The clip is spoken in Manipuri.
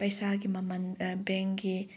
ꯄꯩꯁꯥꯒꯤ ꯃꯃꯟ ꯕꯦꯡꯒꯤ